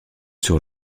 sur